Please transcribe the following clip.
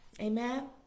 Amen